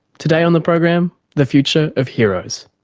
today on the program, the future of heroes.